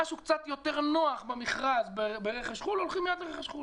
משהו קצת יותר נוח במכרז ברכש חו"ל: הולכים מיד לרכש חו"ל.